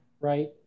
right